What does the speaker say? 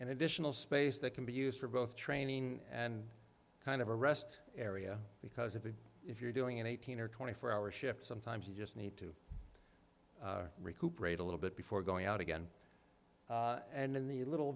and additional space that can be used for both training and kind of a rest area because if it if you're doing an eighteen or twenty four hour shift sometimes you just need to recuperate a little bit before going out again and in the little